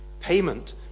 payment